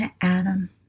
Adam